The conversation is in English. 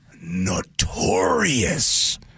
notorious